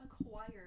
acquire